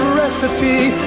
recipe